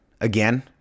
Again